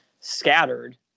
scattered